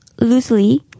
loosely